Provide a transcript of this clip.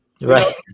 Right